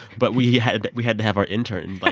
but we had we had to have our intern, but